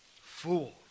fool